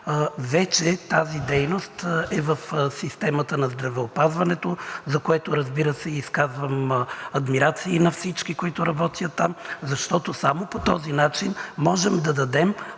тази дейност вече е в системата на здравеопазването, за което, разбира се, изказвам адмирации на всички, които работят там, защото само по този начин можем да дадем